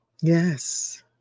Yes